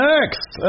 Next